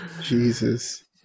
Jesus